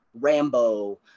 Rambo